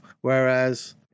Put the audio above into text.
whereas